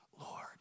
Lord